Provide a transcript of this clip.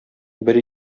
бер